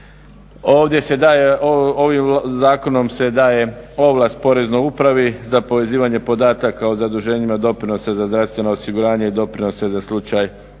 Ovim zakonom se daje ovlast Poreznoj upravi za povezivanje podataka o zaduženjima doprinosa za zdravstveno osiguranje i doprinosa za slučaj